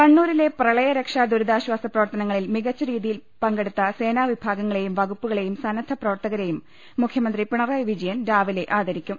കണ്ണൂരിലെ പ്രളയ രക്ഷാ ദുരിതാശ്വാസ പ്രവർത്തനങ്ങളിൽ മികച്ച രീതിയിൽ പങ്കെടുത്ത സേനാ വിഭാഗങ്ങളേയും വകുപ്പുക ളേയും സന്നദ്ധ പ്രവർത്തകരേയും മുഖ്യമന്ത്രി പിണറായി വിജയൻ രാവിലെ ആദരിക്കും